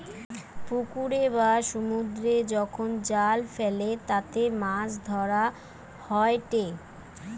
পুকুরে বা সমুদ্রে যখন জাল ফেলে তাতে মাছ ধরা হয়েটে